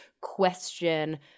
question –